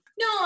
no